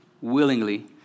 willingly